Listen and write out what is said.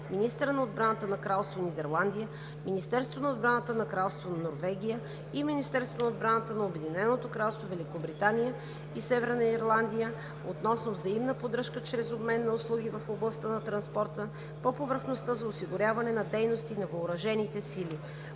министъра на отбраната на Кралство Нидерландия, Министерство на отбраната на Кралство Норвегия и Министерството на отбраната на Обединеното кралство Великобритания и Северна Ирландия относно взаимна поддръжка чрез обмен на услуги в областта на транспорта по повърхността за осигуряване на дейности на въоръжените сили